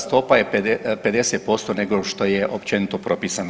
Stopa je 50% nego što je općenito propisana.